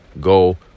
go